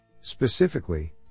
Specifically